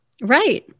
right